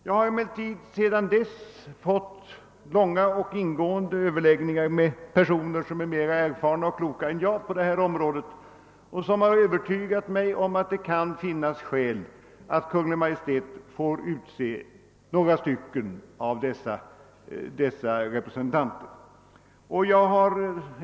Sedan dess har jag emellertid haft många och långa överläggningar med personer som är mer erfarna och kloka än jag på detta område, och de har övertygat mig om att det kan finnas skäl att låta Kungl. Maj:t få utse några av dessa representanter.